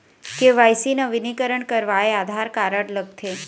KYC नवीनीकरण करवाये Aadhaar card लगथे?